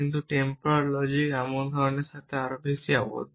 কিন্তু temporal logics এমন সময়ের সাথে আরও বেশি আবদ্ধ